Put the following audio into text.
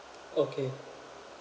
okay